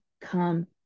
come